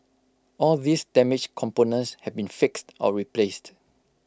all these damaged components have been fixed or replaced